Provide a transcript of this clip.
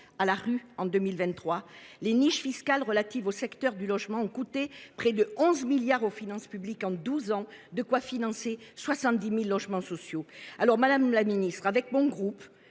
la rue en 2023, les niches fiscales relatives au secteur du logement ont coûté près de 11 milliards d’euros aux finances publiques en douze ans. De quoi financer 70 000 logements sociaux ! Madame la ministre, le groupe